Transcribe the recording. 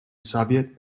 soviet